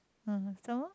mm some more